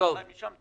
הממשלה